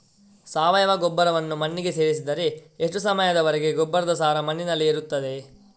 ಸಾವಯವ ಗೊಬ್ಬರವನ್ನು ಮಣ್ಣಿಗೆ ಸೇರಿಸಿದರೆ ಎಷ್ಟು ಸಮಯದ ವರೆಗೆ ಗೊಬ್ಬರದ ಸಾರ ಮಣ್ಣಿನಲ್ಲಿ ಇರುತ್ತದೆ?